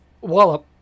Wallop